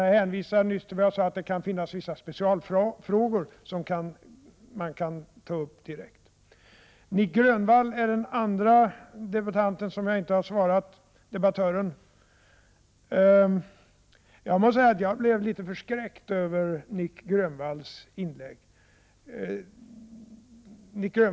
Jag hänvisar till vad jag sade nyss om att det kan finnas vissa specialfrågor som man kan ta upp direkt med EG. Nic Grönvall är den andra debattör som jag inte svarat. Jag måste säga att jag blev litet förskräckt över Nic Grönvalls inlägg.